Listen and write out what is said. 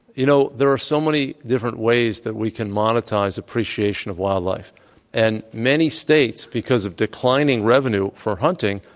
you know, there are so many different ways that we can monetize appreciation of wildlife and many states, because of declining revenue for hunting,